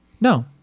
No